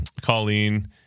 Colleen